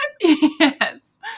yes